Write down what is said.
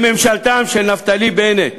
בממשלתם של נפתלי בנט,